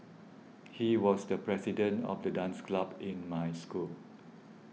he was the president of the dance club in my school